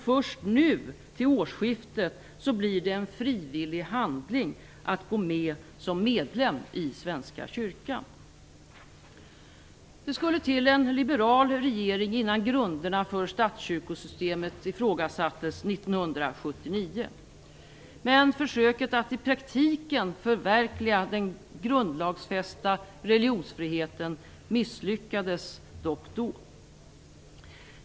Först nu till årsskiftet blir det en frivillig handling att gå med som medlem i Svenska kyrkan. Det skulle till en liberal regering innan grunderna för statskyrkosystemet ifrågasattes 1979. Försöket att i praktiken förverkliga den grundlagsfästa religionsfriheten misslyckades dock då.